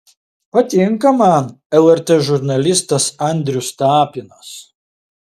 patinka man lrt žurnalistas andrius tapinas